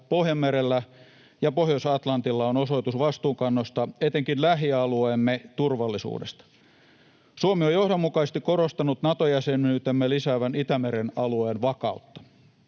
Pohjanmerellä ja Pohjois-Atlantilla on osoitus vastuunkannosta etenkin lähialueemme turvallisuudesta. Suomi on johdonmukaisesti korostanut Nato-jäsenyytemme lisäävän Itämeren alueen vakautta.